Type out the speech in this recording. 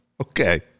Okay